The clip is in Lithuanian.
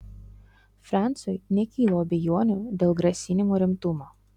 franciui nekilo abejonių dėl grasinimo rimtumo